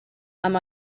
amb